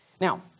Now